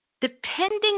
depending